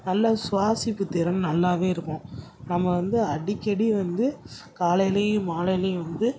நல்ல சுவாசிப்பு திறன் நல்லாவே இருக்கும் நம்ம வந்து அடிக்கடி வந்து காலைலேயும் மாலைலேயும் வந்து